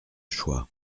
choix